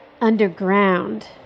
underground